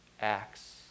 acts